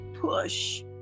push